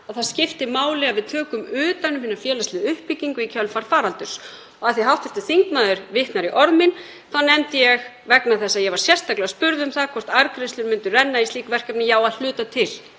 að það skipti máli að við tökum utan um hina félagslegu uppbyggingu í kjölfar faraldurs. Af því hv. þingmaður vitnar í orð mín þá nefndi ég, vegna þess að ég var sérstaklega spurð um það hvort arðgreiðslur myndu renna í slík verkefni, að já, að hluta til